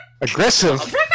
Aggressive